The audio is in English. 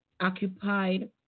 occupied